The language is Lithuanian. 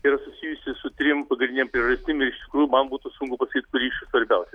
tai yra susijusi su trim pagrindinėm priežastim ir iš tikrųjų man būtų sunku pasakyt kuri iš jų svarbiausia